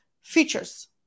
features